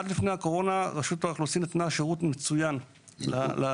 עד לפני הקורונה רשות האוכלוסין נתנה שירות מצוין לתושבים.